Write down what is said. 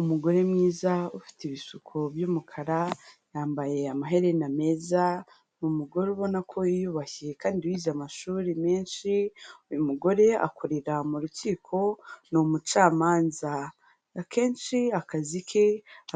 Umugore mwiza ufite ibishuko by'umukara, yambaye amaherena meza uyu mugore ubona ko yiyubashye kandi wize amashuri menshi, uyu mugore akorera mu rukiko ni umucamanza, akenshi akazi ke